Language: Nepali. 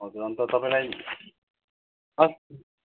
हजुर अनि त तपाईँलाई